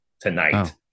tonight